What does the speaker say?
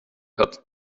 hat